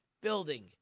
building